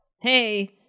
Hey